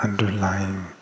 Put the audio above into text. Underlying